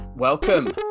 Welcome